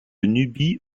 nubie